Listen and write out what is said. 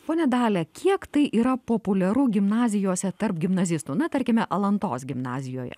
ponia dalia kiek tai yra populiaru gimnazijose tarp gimnazistų na tarkime alantos gimnazijoje